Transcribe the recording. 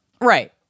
Right